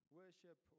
worship